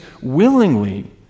willingly